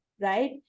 right